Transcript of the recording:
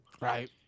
right